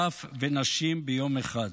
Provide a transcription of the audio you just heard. טף ונשים, ביום אחד.